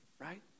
right